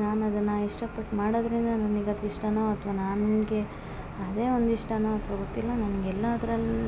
ನಾನು ಅದನ್ನ ಇಷ್ಟಪಟ್ಟು ಮಾಡೋದರಿಂದ ನನಗೆ ಅದು ಇಷ್ಟನೋ ಅಥ್ವ ನನ್ಗೆ ಅದೇ ಒಂದು ಇಷ್ಟನೋ ಅಥ್ವ ಗೊತ್ತಿಲ್ಲ ನಂಗೆ ಎಲ್ಲಾದರಲ್ಲು